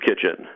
kitchen